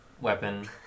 weapon